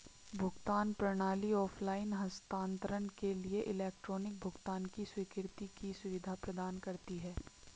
भुगतान प्रणाली ऑफ़लाइन हस्तांतरण के लिए इलेक्ट्रॉनिक भुगतान की स्वीकृति की सुविधा प्रदान करती है